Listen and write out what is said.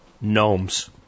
Gnomes